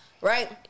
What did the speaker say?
right